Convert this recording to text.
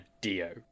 Dio